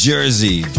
Jersey